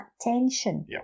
tension